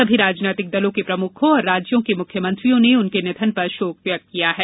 सभी राजनीतिक दलों के प्रमुखों और राज्यों के मुख्यमंत्रियों ने उनके निधन पर शोक व्यक्त किया है